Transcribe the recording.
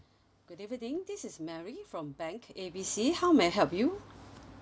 good evening this is mary from bank A B C how may I help you